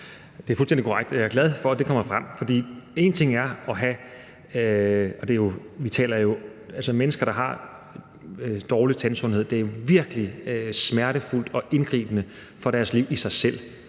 Det er fuldstændig korrekt, og jeg er glad for, at det kommer frem, for én ting er, at det, når vi taler om mennesker, der har dårlig tandsundhed, er virkelig smertefuldt og indgribende i deres liv i sig selv,